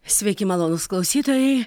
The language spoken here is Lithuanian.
sveiki malonūs klausytojai